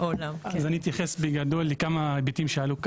אני אתייחס בגדול לכמה היבטים שעלו כאן.